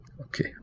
Okay